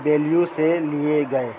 value سے لیے گئے